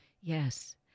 Yes